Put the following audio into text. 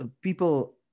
people